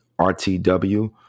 rtw